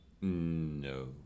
No